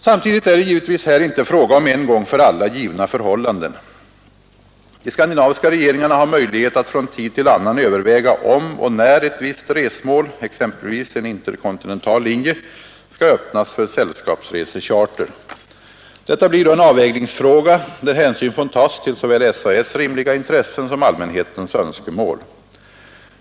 Samtidigt är det givetvis här inte fråga om en gång för alla givna förhållanden. De skandinaviska regeringarna har möjlighet att från tid till annan överväga om och när ett visst resmål — exempelvis en interkontinental linje — skall öppnas för sällskapsresecharter. Detta blir då en avvägningsfråga, där hänsyn får tas till såväl SAS:s rimliga intressen som allmänhetens önskemål.